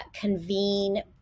convene